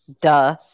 duh